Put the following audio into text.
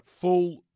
full